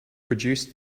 produced